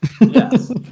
Yes